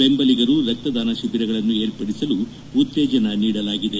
ಬೆಂಬಲಿಗರು ರಕ್ತದಾನ ಶಿಬಿರಗಳನ್ನು ಏರ್ಪಡಿಸಲು ಉತ್ತೇಜನ ನೀಡಲಾಗಿದೆ